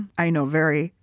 i know very,